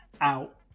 out